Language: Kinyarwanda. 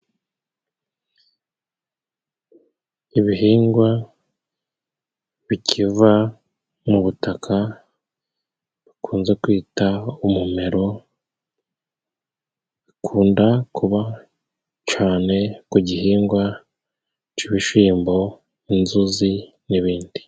Ibihingwa bikiva mu butaka, bakunze kwita umumero, bikunda kuba cane ku gihingwa c'ibishimbo, inzuzi n'ibindi.